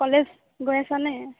college গৈ আছানে